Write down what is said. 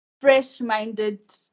fresh-minded